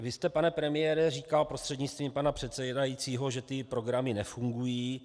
Vy jste, pane premiére, říkal, prostřednictvím paní předsedající, že ty programy nefungují.